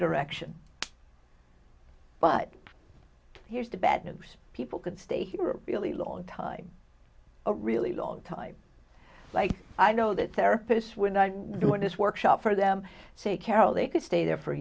direction but here's the bad news people can stay here a really long time a really long time like i know that therapists when i'm doing this workshop for them say carol they could stay there for